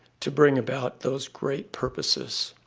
to bring about those great purposes.